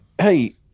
hey